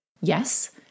Yes